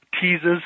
teases